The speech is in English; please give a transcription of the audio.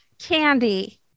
Candy